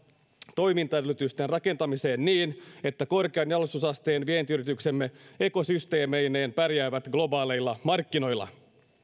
toimintaedellytysten rakentamiseen niin että korkean jalostusasteen vientiyrityksemme ekosysteemeineen pärjäävät globaaleilla markkinoilla